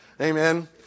Amen